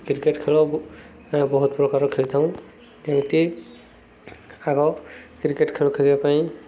cricket ଖେଳ ବହୁତ ପ୍ରକାର ଖେଳିଥାଉ ଯେମିତି ଆଗ କ୍ରିକେଟ୍ ଖେଳ ଖେଳିବା ପାଇଁ